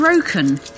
broken